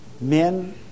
men